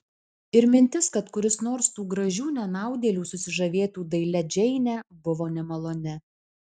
ir mintis kad kuris nors tų gražių nenaudėlių susižavėtų dailia džeine buvo nemaloni